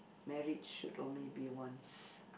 marriage should only be once